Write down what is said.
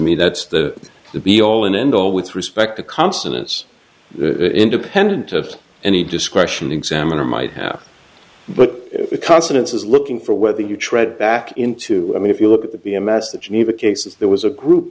me that's the the be all and end all with respect to consonants independent of any discretion examiner might have but consonance is looking for whether you tread back into i mean if you look at the b m s the geneva cases there was a group